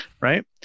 right